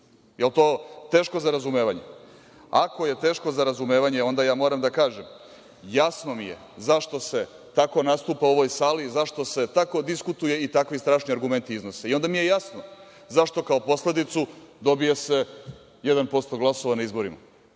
li je to teško za razumevanje? Ako je teško za razumevanje, onda moram da kažem – jasno mi je zašto se tako nastupa u ovoj sali i zašto se tako diskutuje i takvi strašni argumenti iznose. Onda mi je jasno zašto kao posledicu se dobija jedan posto glasova na izborima,